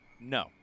No